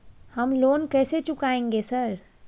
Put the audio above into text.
हम लोन कैसे चुकाएंगे सर?